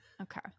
Okay